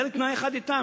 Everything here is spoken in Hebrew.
היה לי תנאי אחד אתם,